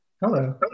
Hello